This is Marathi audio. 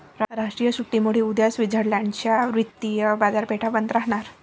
राष्ट्रीय सुट्टीमुळे उद्या स्वित्झर्लंड च्या वित्तीय बाजारपेठा बंद राहणार